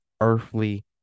earthly